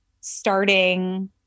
starting